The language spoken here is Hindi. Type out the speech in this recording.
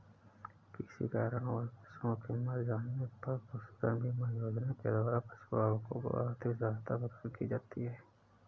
किसी कारणवश पशुओं के मर जाने पर पशुधन बीमा योजना के द्वारा पशुपालकों को आर्थिक सहायता प्रदान की जाती है